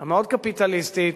המאוד-קפיטליסטית,